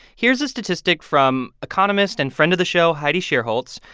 here's a statistic from economist and friend of the show heidi shierholz.